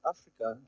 Africa